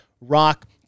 rock